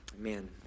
Amen